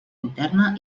interna